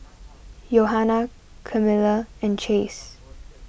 Johana Kamila and Chase